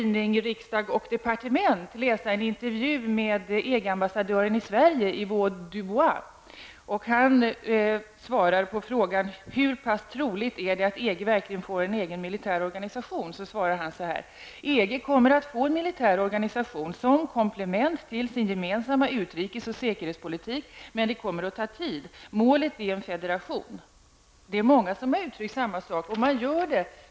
Departement läsa en intervju med EG ambassadören i Sverige Ivo Dubois. På frågan hur pass troligt det är att EG verkligen får en egen militär organisation svarar han: ''EG kommer att få en militär organisation som komplement till sin gemensamma utrikes och säkerhetspolitik, men det kommer att ta tid. Målet är en federation.'' Det är många som har uttryckt samma sak.